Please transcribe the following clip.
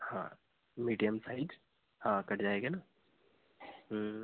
हाँ medium size हाँ cut जाएगा ना